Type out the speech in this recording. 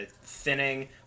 thinning